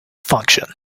function